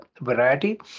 variety